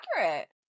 accurate